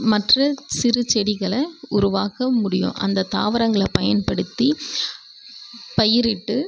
மற்ற சிறுச்செடிகளை உருவாக்க முடியும் அந்த தாவரங்களை பயன்படுத்தி பயிரிட்டு